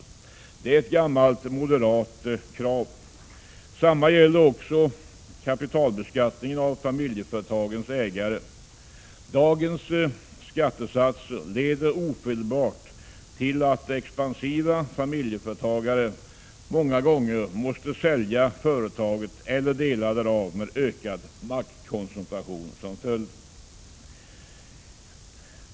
En sådan reform är ett gammalt moderat krav. Detsamma gäller också kapitalbeskattningen av familjeföretagens ägare. Dagens skattesatser leder ofelbart till att ägare av expansiva familjeföretag många gånger måste sälja företaget eller delar därav med ökad maktkoncentration som följd.